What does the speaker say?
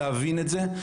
להבין את זה,